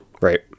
Right